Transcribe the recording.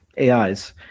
ais